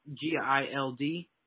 G-I-L-D